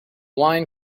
wine